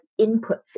inputs